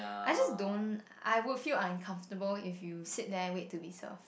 I just don't I would feel uncomfortable if you sit there and wait to be served